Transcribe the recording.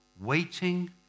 waiting